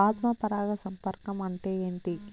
ఆత్మ పరాగ సంపర్కం అంటే ఏంటి?